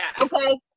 Okay